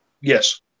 Yes